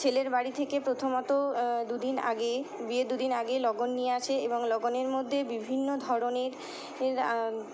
ছেলের বাড়ি থেকে প্রথমত দু দিন আগে বিয়ে দু দিন আগে লগ্ন নিয়ে আসে এবং লগনের মধ্যে বিভিন্ন ধরনের